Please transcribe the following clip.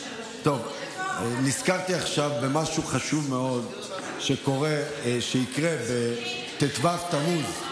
נזכרתי עכשיו במשהו חשוב מאוד שיקרה בט"ו תמוז.